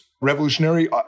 revolutionary